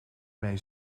mijn